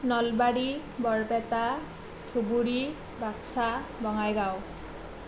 Nalbari Barpeta Dhubri Baksa Bongaigaon